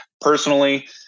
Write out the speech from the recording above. personally